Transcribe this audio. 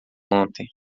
ontem